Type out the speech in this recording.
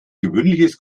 gewöhnliches